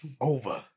over